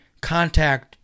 contact